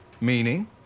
Meaning